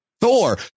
Thor